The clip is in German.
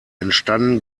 entstanden